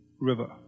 River